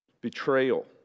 Betrayal